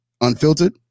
Unfiltered